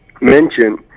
Mention